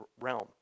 realm